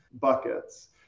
buckets